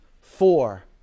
four